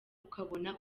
ukabona